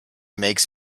makes